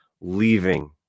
leaving